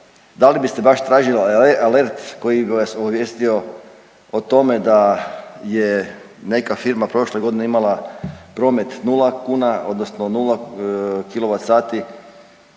da li biste baš tražili alert koji bi vas obavijestio o tome da je neka firma prošle godine imala promet nula kuna odnosno nula